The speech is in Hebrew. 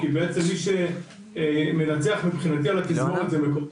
כי בעצם מי שמנצח מבחינתי על התזמון הזה הוא מקורות,